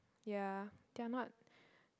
yeah they are not